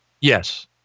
Yes